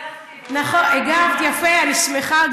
וכבר הגבתי, נכון, הגבת, יפה, אני שמחה.